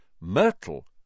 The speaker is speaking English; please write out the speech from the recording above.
Myrtle